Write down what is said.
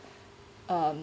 um